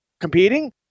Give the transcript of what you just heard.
competing